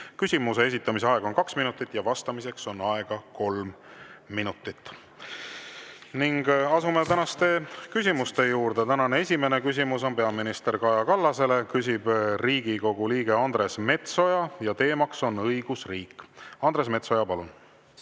Küsimuse esitamiseks on aega kaks minutit ja vastamiseks on aega kolm minutit. Asume tänaste küsimuste juurde. Tänane esimene küsimus on peaminister Kaja Kallasele, küsib Riigikogu liige Andres Metsoja ja teema on õigusriik. Andres Metsoja, palun!